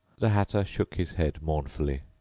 the hatter shook his head mournfully.